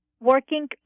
working